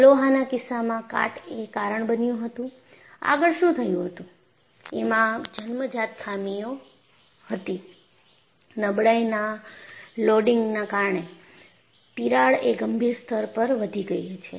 અલોહાના કિસ્સામાં કાટ એ કારણ બન્યું હતું આગળ શું થયું હતું એમાં જન્મજાત ખામીઓ હતી નબળાઈના લોડિંગના કારણે તિરાડ એ ગંભીર સ્તર પર વધી ગઈ છે